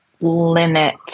limit